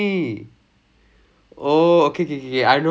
ah ya ya ya